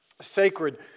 sacred